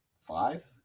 Five